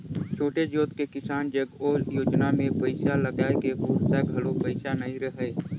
छोटे जोत के किसान जग ओ योजना मे पइसा लगाए के पूरता घलो पइसा नइ रहय